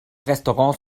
restaurants